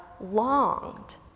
longed